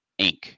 Inc